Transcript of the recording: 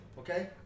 Okay